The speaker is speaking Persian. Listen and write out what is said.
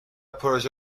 پروژه